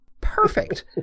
perfect